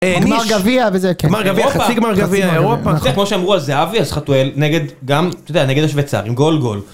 גמר גביע וזה כן, גמר גביע, חצי גמר גביע, אירופה, זה כמו שאמרו על זה אבי אז חתואל, נגד, גם, אתה יודע, נגד השוויצרים גם גול גול.